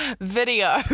video